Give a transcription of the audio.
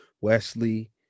Wesley